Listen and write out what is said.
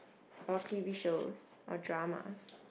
or t_v shows or dramas